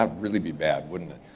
um really be bad, wouldn't